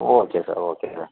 okay sir okay sir